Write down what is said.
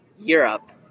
Europe